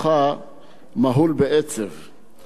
לאחר שנים רבות אנחנו מביאים